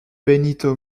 benito